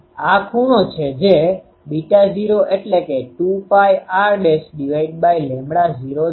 આ ખૂણો છે જે ૦ એટલે કે 2πr૦ છે